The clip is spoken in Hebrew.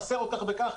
חסר כך וכך,